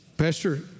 Pastor